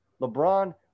LeBron